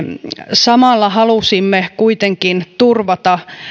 samalla halusimme kuitenkin turvata